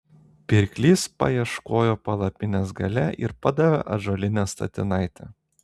pirklys paieškojo palapinės gale ir padavė ąžuolinę statinaitę